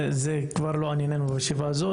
זה כבר לא ענייננו בישיבה הזאת.